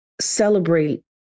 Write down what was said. celebrate